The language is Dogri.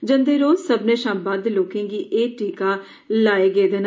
जंदे रोज सब्भने शा बद्व लोके गी एह टीके लाए गे न